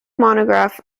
monograph